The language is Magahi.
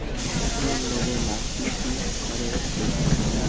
लोन लेबे ला की कि करे के होतई?